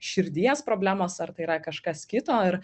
širdies problemos ar tai yra kažkas kito ir